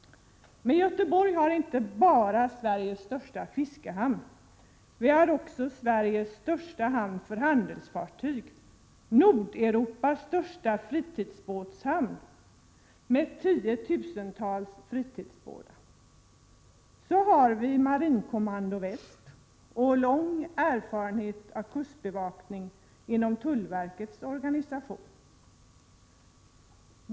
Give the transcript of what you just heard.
Men Göteborg har inte bara Sveriges största fiskehamn. Vi har också Sveriges största hamn för handelsfartyg och Nordeuropas största fritidsbåtshamn, med tiotusentals fritidsbåtar. Så har vi Marinkommando Väst och lång erfarenhat av kustbevakning inom tullverkets organisation. Ute på Landvetter finns SMHI, också den en nödvändig samarbetsorganisation för kustbevakningen.